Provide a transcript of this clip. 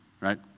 right